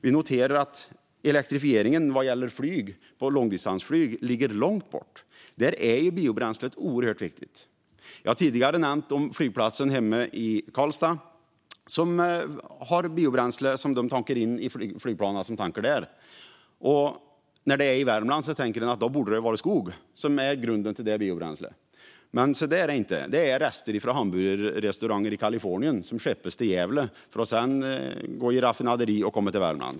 Vi noterar att elektrifieringen vad gäller flyg och långdistansflyg ligger långt bort. Där är biobränslet oerhört viktigt. Jag har tidigare pratat om flygplatsen hemma i Karlstad, där man tankar flygplanen med biobränsle. Eftersom det är i Värmland tänker man att det biobränslet skulle vara baserat på skog. Men det är det inte. Det är rester från hamburgerrestauranger i Kalifornien som skeppas till Gävle för att sedan gå i raffinaderi och komma till Värmland.